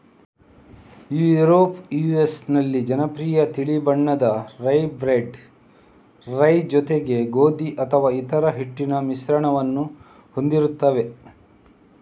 Europe US ನಲ್ಲಿ ಜನಪ್ರಿಯ ತಿಳಿ ಬಣ್ಣದ ರೈ, ಬ್ರೆಡ್ ರೈ ಜೊತೆಗೆ ಗೋಧಿ ಅಥವಾ ಇತರ ಹಿಟ್ಟಿನ ಮಿಶ್ರಣವನ್ನು ಹೊಂದಿರುತ್ತವೆ